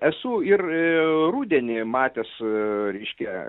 esu ir i rudenį matęs reiškia